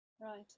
Right